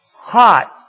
Hot